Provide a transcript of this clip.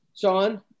Sean